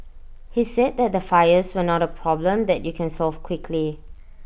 he said that the fires were not A problem that you can solve quickly